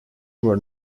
were